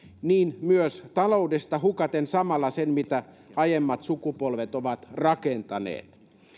myös taloudesta hukaten samalla sen mitä aiemmat sukupolvet ovat rakentaneet